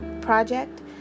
project